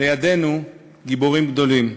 לידנו, גיבורים גדולים.